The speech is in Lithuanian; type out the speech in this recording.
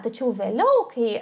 tačiau vėliau kai